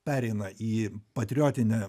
pereina į patriotinę